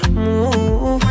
move